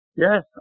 Yes